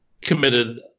committed